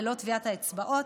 ללא טביעת האצבעות,